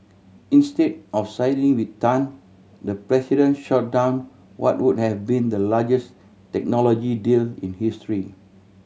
instead of siding with Tan the president shot down what would have been the largest technology deal in history